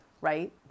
right